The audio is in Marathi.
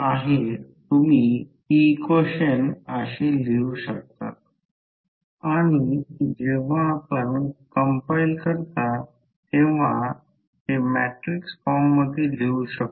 पुढे नुमेरिकल्स घेऊ नुमेरिकल्स सोपी आहेत फक्त एक गोष्ट म्हणजे कॅल्क्युलेशन योग्य असावी उदाहरणार्थ हे एक उदाहरण घेतले फक्त मला थोडे झूम कमी करू द्या